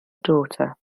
daughter